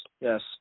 Yes